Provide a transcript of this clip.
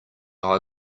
eye